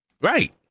Right